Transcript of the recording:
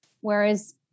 Whereas